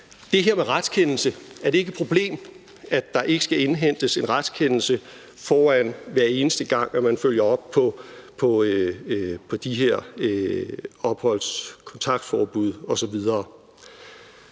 er relevant nok, nemlig om det ikke er et problem, at der ikke skal indhentes en retskendelse, hver eneste gang der følges op på de her opholdsforbud, kontaktforbud osv.